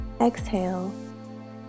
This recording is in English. Exhale